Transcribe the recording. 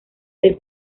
del